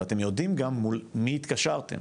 ואתם יודעים גם מול מי התקשרתם.